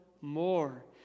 more